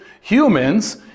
humans